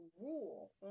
rule